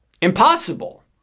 Impossible